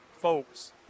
folks